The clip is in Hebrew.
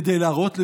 כדי להראות למישהו.